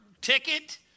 ticket